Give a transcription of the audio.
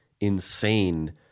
insane